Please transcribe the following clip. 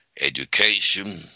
education